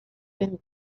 been